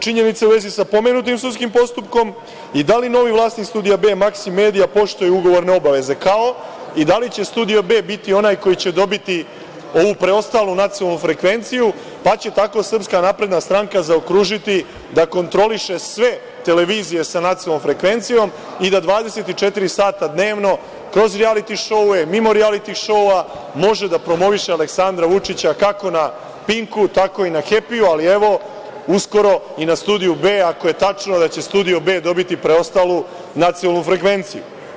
Činjenice u vezi sa pomenutim sudskim postupkom i da li novi vlasnik Studija B, „Maksim Medija“ poštuje ugovorne obaveze, kao i da li će Studio B biti onaj koji će dobiti ovu preostalu nacionalnu frekvenciju, pa će tako SNS zaokružiti da kontroliše sve televizije sa nacionalnom frekvencijom i da 24 sata dnevno, kroz rijaliti šouove, mimo rijaliti šoua može da promoviše Aleksandra Vučića kako na „Pinku“, tako i na „Hepiju“, ali evo, uskoro, i na Studiju B, ako je tačno da će Studio B dobiti preostalu nacionalnu frekvenciju.